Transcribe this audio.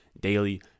daily